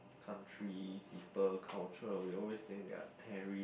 country people culture we always think they are terrorist